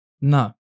no